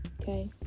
okay